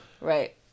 Right